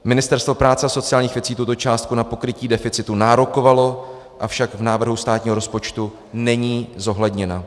Ministerstvo práce a sociálních věcí tuto částku na pokrytí deficitu nárokovalo, avšak v návrhu státního rozpočtu není zohledněna.